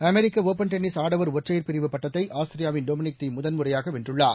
அமெரிக்க open tennis ஆடவர் ஒற்றையர் பிரிவு பட்டத்தை ஆஸ்திரியாவின் டோம்னிக் தீம் முதல்முறையாக வென்றுள்ளார்